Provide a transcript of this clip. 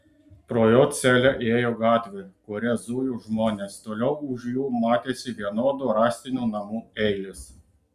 pro jo celę ėjo gatvė kuria zujo žmonės toliau už jų matėsi vienodų rąstinių namų eilės